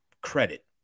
credit